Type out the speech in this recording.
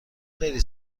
خیلی